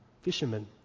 fishermen